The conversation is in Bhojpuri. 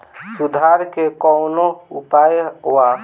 सुधार के कौनोउपाय वा?